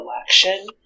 election